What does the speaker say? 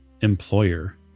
employer